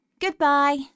Goodbye